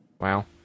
Wow